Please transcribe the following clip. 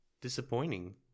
disappointing